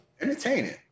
Entertaining